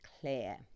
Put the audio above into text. Clear